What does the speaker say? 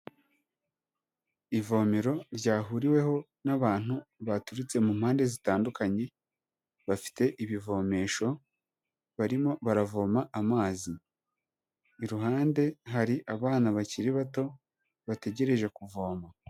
Ivomero ryahuriweho n'abantu baturutse mu mpande zitandukanye, bafite ibivomesho barimo baravoma amazi, iruhande hari abana bakiri bato bategereje kuvoma.